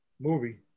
movie